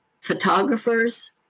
photographers